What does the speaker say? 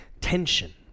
tension